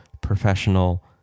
professional